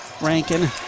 Rankin